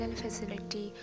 facility